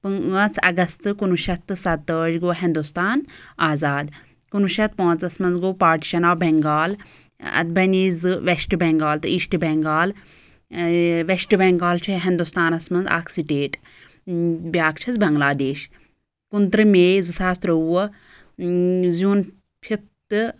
پٲنٛژھ اَگستہٕ کُنوُہ شیٚتھ تہٕ سَتٲج گوٚو ہِنٛدوستان آزاد کُنوُہ شیٚتھ پانٛژس منٛز گوٚو پاٹِشَن آف بؠنٛگال اَتھ بَنے زٕ وَیٚسٹہٕ بٮ۪نٛگال تہٕ ایٖسٹہٕ بٮ۪نٛگال ویسٹہٕ بٮ۪نٛگال چھُ ہِنٛدُستانَس منٛز اَکھ سٹَیٹ بِیَاکھ چھَس بنٛگلادَیش کُنٛتٕرہ میے زٕ ساس تُرٛۆوُہ زِیوٗن فِفتہٕ